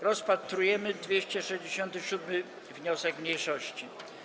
Rozpatrujemy 267. wniosek mniejszości.